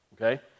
Okay